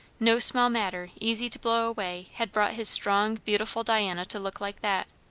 no small matter, easy to blow away, had brought his strong beautiful diana to look like that.